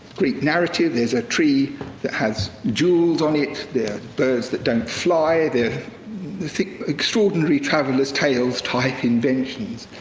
greek narrative. there's a tree that has jewels on it, there are birds that don't fly, they're extraordinary travelers' tales type inventions.